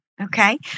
Okay